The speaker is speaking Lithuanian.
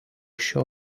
šio